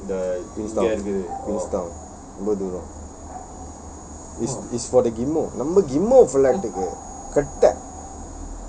queenstown queenstown is is for the கிம்மொ flat கிட்ட:gimmo flatukku katta